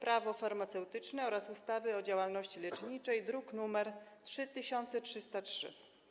Prawo farmaceutyczne oraz ustawy o działalności leczniczej, druk nr 3303.